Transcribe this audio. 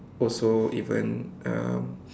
also even um